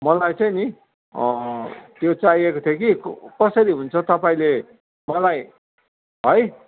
मलाई चाहिँ नि त्यो चाहिएको थियो कि कसरी हुन्छ तपाईँले मलाई है